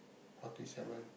forty seven